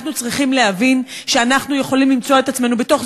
אנחנו צריכים להבין שאנחנו יכולים למצוא את עצמנו בתוך